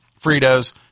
Fritos